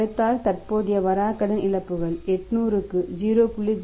கழித்தல் தற்போதைய வராக்கடன் இழப்புகள் 800 க்கு 0